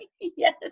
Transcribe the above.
Yes